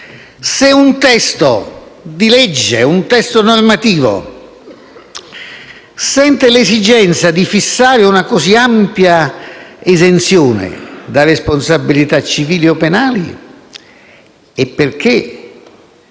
in un testo di legge, un testo normativo, si sente l'esigenza di fissare una così ampia esenzione da responsabilità civili o penali è perché